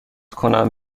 کنم